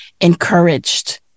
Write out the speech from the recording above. encouraged